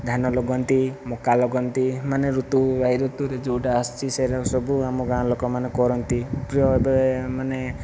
ଧାନ ଲଗାନ୍ତି ମକା ଲଗାନ୍ତି ମାନେ ଋତୁ ଋତୁରେ ଯେଉଁଟା ଆସିଛି ସେରାକ ସବୁ ଆମ ଗାଁ ଲୋକମାନେ କରନ୍ତି ପ୍ରାୟ ଏବେ ମାନେ